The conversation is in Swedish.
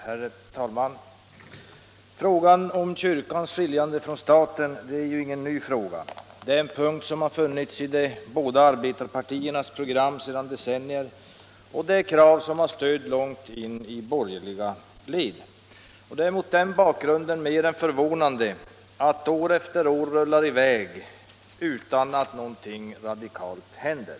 Herr talman! Frågan om kyrkans skiljande från staten är ju inte ny. Det är en punkt som har funnits i de båda arbetarpartiernas program sedan decennier, och det är ett krav som har stöd långt in i de borgerligas led. Mot den bakgrunden är det mer än förvånande att år efter år rullar i väg utan att något radikalt händer.